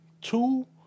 Two